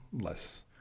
less